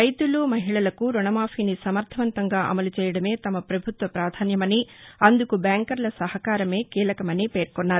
రైతులు మహిళలకు రుణమాఫీని సమర్గవంతంగా అమలు చేయడమే తమ పభుత్వ పాధాన్యమని అందుకు బ్యాంకర్ల సహకారమే కీలకమని పేర్కొన్నారు